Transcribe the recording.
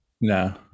No